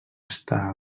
estar